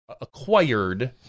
acquired